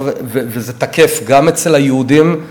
וזה תקף גם אצל היהודים,